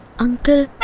and